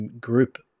group